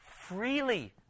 freely